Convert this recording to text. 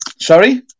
Sorry